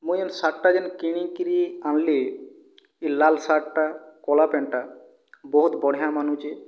ମୁଇଁ ସାର୍ଟଟା ଯେନ୍ କିଣିକିରି ଆନିଲି ଇ ଲାଲ୍ ସାର୍ଟଟା କଲା ପ୍ୟାଣ୍ଟଟା ବହୁତ ବଢ଼ିଆ ମାନୁଛେ